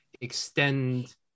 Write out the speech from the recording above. extend